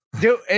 Dude